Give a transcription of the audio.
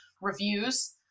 reviews